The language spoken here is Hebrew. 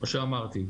כמו שאמרתי,